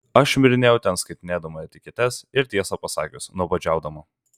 aš šmirinėjau ten skaitinėdama etiketes ir tiesą pasakius nuobodžiaudama